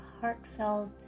heartfelt